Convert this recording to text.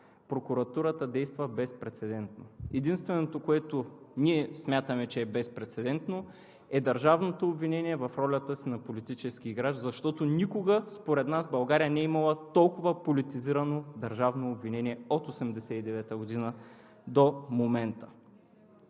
прокуратурата действа безпрецедентно. Единственото, което смятаме, че е безпрецедентно, е държавното обвинение в ролята си на политически играч, защото според нас България никога не е имала толкова политизирано държавно обвинение. Господин Главен